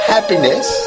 Happiness